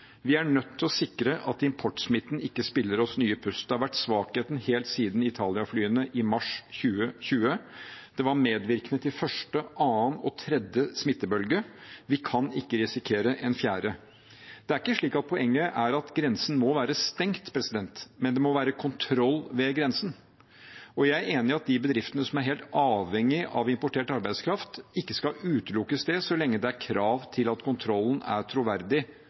Vi er nødt til å sikre at importsmitten spiller oss nye puss. Det har vært svakheten helt siden Italia-flyene i mars 2020. Det var medvirkende til første, annen og tredje smittebølge. Vi kan ikke risikere en fjerde. Det er ikke slik at poenget er at grensen må være stengt, men det må være kontroll ved grensen. Og jeg er enig i at de bedriftene som er helt avhengig av importert arbeidskraft, ikke skal utelukkes det så lenge det er krav til at kontrollen er troverdig